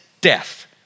Death